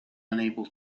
unable